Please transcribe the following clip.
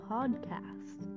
podcast